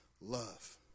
Love